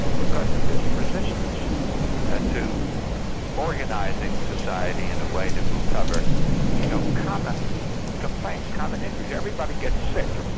because of this resistance ah to organising society in a way that will cover you know common complaints, common injuries. everybody gets sick.